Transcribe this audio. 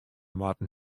moatten